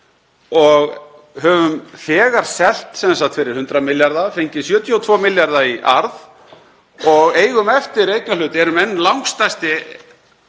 og höfum þegar selt fyrir 100 milljarða, fengið 72 milljarða í arð og eigum eftir eignarhlut, erum enn langstærsti